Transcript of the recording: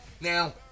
Now